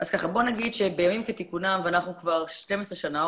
בימים כתיקונים ואנחנו כבר 12 שנה,